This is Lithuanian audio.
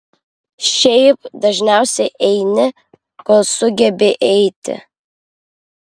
šiaip dažniausiai eini kol sugebi eiti